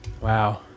Wow